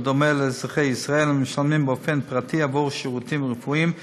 בדומה לאזרחי ישראל המשלמים באופן פרטי עבור שירותים רפואיים,